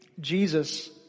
Jesus